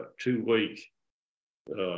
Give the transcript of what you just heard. two-week